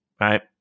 Right